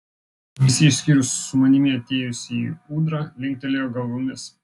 visi išskyrus su manimi atėjusįjį ūdrą linktelėjo galvomis